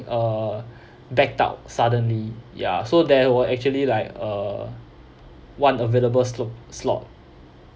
uh backed out suddenly ya so there were actually like uh one available slot slot